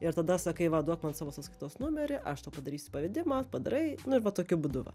ir tada sakai va duok man savo sąskaitos numerį aš tau padarysiu pavedimą padarai nu ir va tokiu būdu va